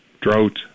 drought